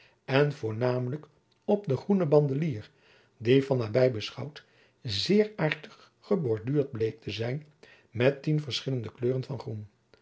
en voornamelijk op den groenen bandelier die van nabij beschouwd zeer aartig geborduurd bleek te zijn met tien verschillende kleuren van groen